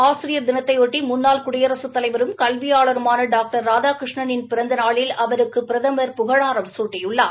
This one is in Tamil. ஆசிரியர் தினத்தையொட்டி முன்னாள் குடியரகத் தலைவரும் கல்வியாளருமான டாக்டர் ராதாகிருஷ்ணனின் பிறந்தநாளில் அவருக்கு பிரதமர் புகழாரம் சூட்டியுள்ளார்